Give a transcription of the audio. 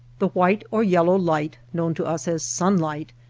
the white or yellow light, known to us as sunlight,